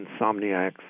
insomniacs